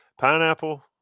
Pineapple